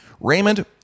Raymond